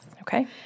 Okay